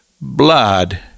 blood